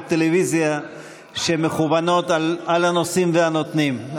טלוויזיה שמכוונות על הנושאים והנותנים,